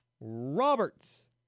Roberts